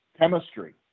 chemistry